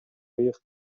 ыйык